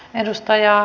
puheenjohtaja